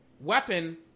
weapon